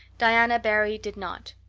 diana barry did not,